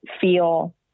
feel